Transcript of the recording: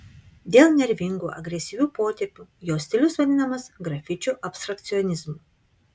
dėl nervingų agresyvių potėpių jo stilius vadinamas grafičių abstrakcionizmu